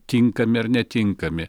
tinkami ar netinkami